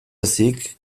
ezik